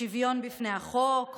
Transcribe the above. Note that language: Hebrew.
שוויון בפני החוק,